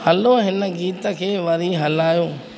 हलो हिन गीत खे वरी हलायो